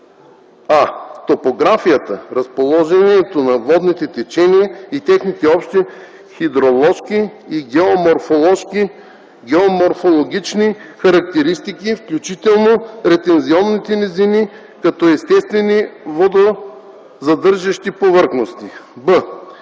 а) топографията, разположението на водните течения и техните общи хидроложки и геоморфологични характеристики, включително ретензионните низини като естествени водозадържащи повърхности; б)